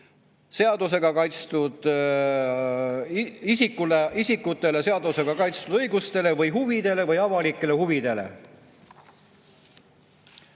kahju teise isiku seadusega kaitstud õigustele või huvidele või avalikele huvidele.